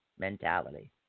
Mentality